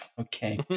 Okay